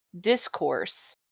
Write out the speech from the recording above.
discourse